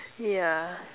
yeah